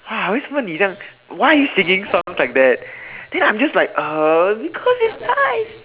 !wah! 为什么你的 why are you singing songs like that then I'm just like uh because it's nice